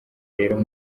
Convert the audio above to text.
rero